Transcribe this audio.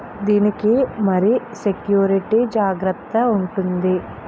దీని కి మరి సెక్యూరిటీ జాగ్రత్తగా ఉంటుందా?